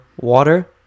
water